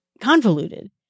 convoluted